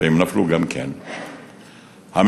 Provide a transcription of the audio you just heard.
וגם הם נפלו.